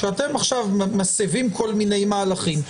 כשאתם עכשיו מסבים כל מיני מהלכים,